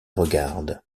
regarde